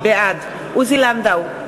בעד עוזי לנדאו,